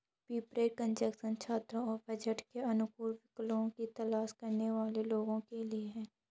prepaid connection छात्रों और budget के अनुकूल विकल्पों की तलाश करने वाले लोगों के लिए है